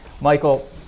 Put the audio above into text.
Michael